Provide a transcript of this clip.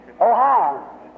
Ohio